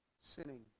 sinning